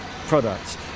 products